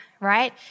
right